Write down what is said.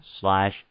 slash